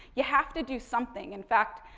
you have to do something. in fact,